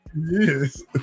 Yes